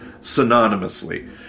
synonymously